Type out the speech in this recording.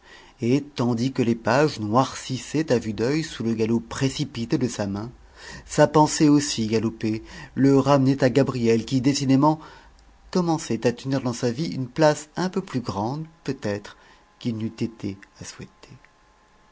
et tandis que les pages noircissaient à vue d'œil sous le galop précipité de sa main sa pensée aussi galopait le ramenait à gabrielle qui décidément commençait à tenir dans sa vie une place un peu plus grande peut-être qu'il n'eût été à souhaiter